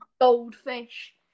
Goldfish